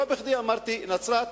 לא בכדי אמרתי נצרת,